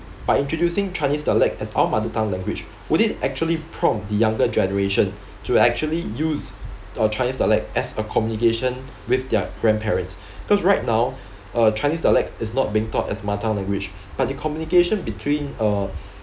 by introducing chinese dialect as our mother tongue language would it actually prompt the younger generation to actually use uh chinese dialect as a communication with their grandparents because right now uh chinese dialect is not being taught as mother language but the communication between uh